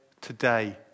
today